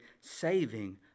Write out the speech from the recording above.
saving